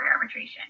arbitration